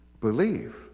believe